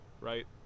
Right